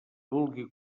vulgui